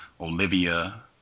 Olivia